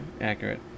Accurate